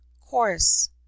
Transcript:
Chorus